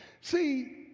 See